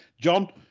John